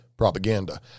Propaganda